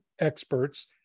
experts